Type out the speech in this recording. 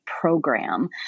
program